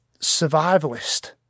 survivalist